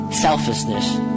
selfishness